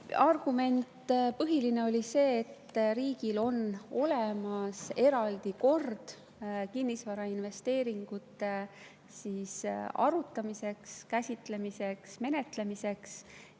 argument oli see, et riigil on olemas eraldi kord kinnisvarainvesteeringute arutamiseks, käsitlemiseks, menetlemiseks.